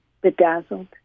Bedazzled